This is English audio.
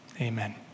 Amen